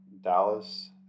Dallas